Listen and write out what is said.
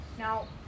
Now